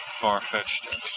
far-fetched